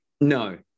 No